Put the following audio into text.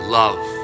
love